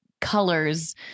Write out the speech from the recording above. colors